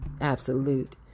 absolute